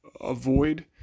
avoid